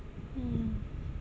mm